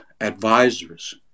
Advisors